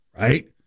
right